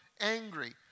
angry